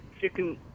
chicken